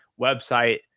website